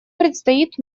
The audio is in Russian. предстоит